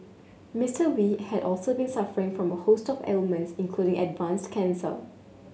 Mister Wee had also been suffering from a host of ailments including advanced cancer